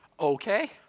Okay